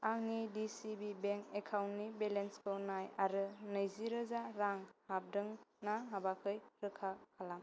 आंनि दिसिबि बेंक एकाउन्टनि बेलेन्सखौ नाय आरो नैजि रोजा रां हाबदों ना हाबाखै रोखा खालाम